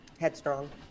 headstrong